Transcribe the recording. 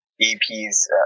ep's